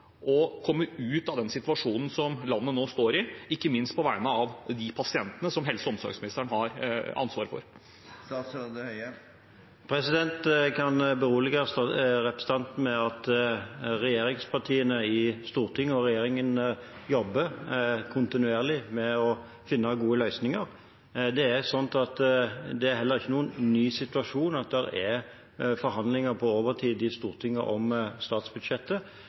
og komme ut av den situasjonen landet nå står i, ikke minst på vegne av de pasientene som helse- og omsorgsministeren har ansvaret for. Jeg kan berolige representanten med at regjeringspartiene i Stortinget og regjeringen jobber kontinuerlig med å finne gode løsninger. Det er slik at det heller ikke er noen ny situasjon at det er forhandlinger på overtid i Stortinget om statsbudsjettet.